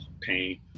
pain